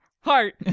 Heart